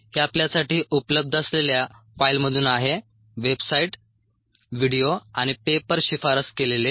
हे आपल्यासाठी उपलब्ध असलेल्या फाईलमधून आहे वेबसाइट व्हिडिओ आणि पेपर शिफारस केलेले